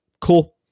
cool